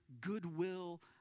goodwill